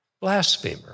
blasphemer